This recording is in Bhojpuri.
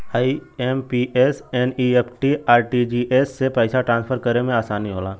आई.एम.पी.एस, एन.ई.एफ.टी, आर.टी.जी.एस से पइसा ट्रांसफर करे में आसानी होला